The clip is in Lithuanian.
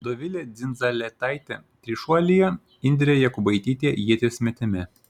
dovilė dzindzaletaitė trišuolyje indrė jakubaitytė ieties metime